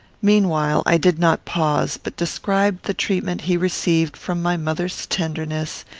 meanwhile, i did not pause, but described the treatment he received from my mother's tenderness,